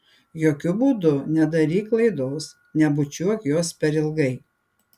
jokiu būdu nedaryk klaidos nebučiuok jos per ilgai